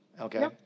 Okay